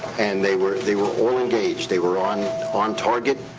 and they were they were all engaged. they were on um target.